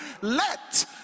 Let